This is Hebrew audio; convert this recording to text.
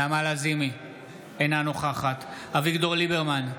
אינה נוכחת אביגדור ליברמן,